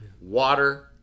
water